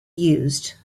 used